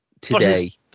today